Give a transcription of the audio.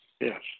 Yes